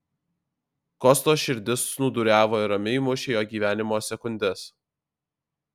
kosto širdis snūduriavo ir ramiai mušė jo gyvenimo sekundes